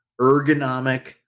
ergonomic